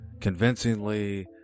convincingly